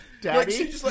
daddy